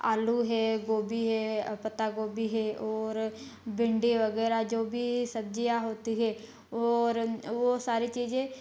आलू है गोभी है पत्तागोभी है और भिंडी वगैरह जो भी सब्जियाँ होती है और वो सारी चीजें